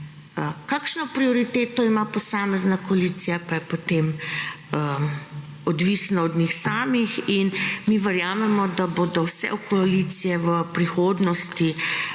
Kakšno prioriteto ima posamezna koalicija, pa je potem odvisno od njih samih in mi verjamemo, da bodo vse koalicije v prihodnosti